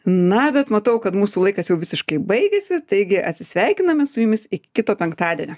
na bet matau kad mūsų laikas jau visiškai baigiasi taigi atsisveikiname su jumis iki kito penktadienio